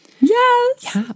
yes